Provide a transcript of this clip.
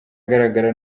agaragara